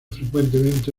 frecuentemente